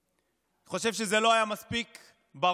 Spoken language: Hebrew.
אני חושב שזה לא היה מספיק ברור: